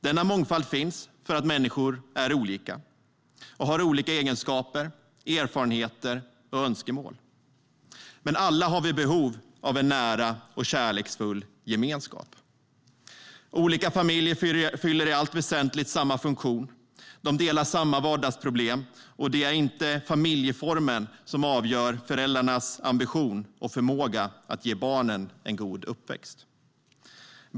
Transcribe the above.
Denna mångfald finns för att människor är olika och har olika egenskaper, erfarenheter och önskemål. Men alla har vi behov av en nära och kärleksfull gemenskap. Olika familjer fyller i allt väsentligt samma funktion. De delar samma vardagsproblem, och det är inte familjeformen som avgör föräldrarnas ambition och förmåga att ge barnen en god uppväxt.